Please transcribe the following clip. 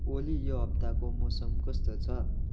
ओली यो हप्ताको मौसम कस्तो छ